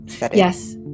Yes